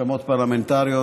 רשמות פרלמנטריות,